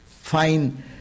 fine